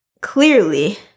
clearly